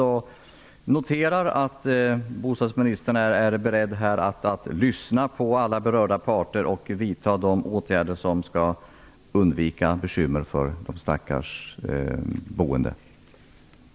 Jag noterar att bostadsministern är beredd att lyssna på alla berörda parter och vidta de åtgärder som skall göra att de stackars boende undviker bekymmer.